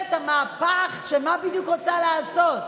ממשלת המהפך, שמה בדיוק רוצה לעשות,